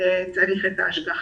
והארוחות יש צורך בהשגחה.